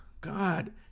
God